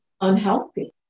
unhealthy